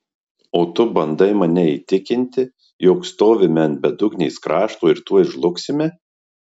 o tu bandai mane įtikinti jog stovime ant bedugnės krašto ir tuoj žlugsime